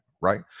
right